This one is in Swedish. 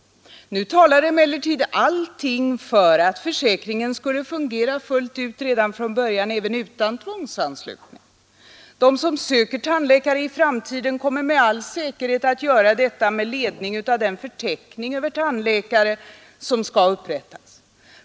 Nu talar emellertid allting för att försäkringen skulle fungera fullt ut redan från början även utan tvångsanslutning. De som söker tandläkare i framtiden kommer med all säkerhet att göra detta med ledning av den förteckning över tandläkare som skall upprättas.